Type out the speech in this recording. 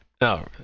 No